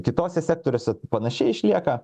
kitose sektoriuose panašiai išlieka